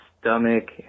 stomach